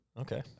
Okay